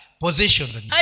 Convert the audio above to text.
position